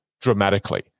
dramatically